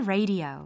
Radio